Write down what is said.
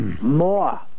more